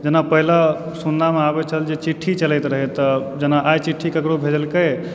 जेना पहिले सुनना मे आबै छल जे चिट्ठी चलैत रहै तऽ जेना आइ चिट्ठी ककरो भेजलकै